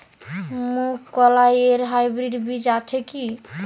মুগকলাই এর হাইব্রিড বীজ আছে কি?